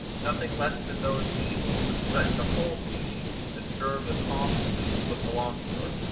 nothing less than those evils, which threaten the whole species, can disturb the calm sleep of the philosopher,